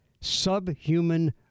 subhuman